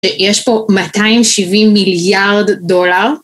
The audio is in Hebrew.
יש פה 270 מיליארד דולר.